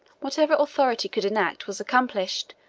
whatever authority could enact was accomplished,